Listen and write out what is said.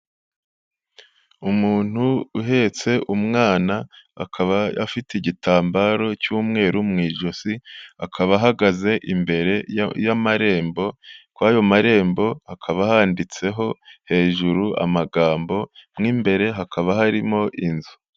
Umuntu uhetse umwana, akaba afite igitambaro cy'umweru mu ijosi, akaba ahagaze imbere y'amarembo, kuri ayo marembo hakaba handitseho hejuru amagambo, mo imbere hakaba harimo inzu.